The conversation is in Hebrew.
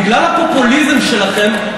בגלל הפופוליזם שלכם,